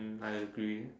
um I agree